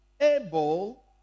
able